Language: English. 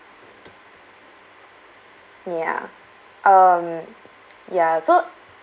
ya um ya so